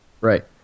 Right